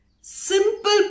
Simple